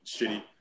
shitty